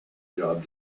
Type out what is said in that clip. job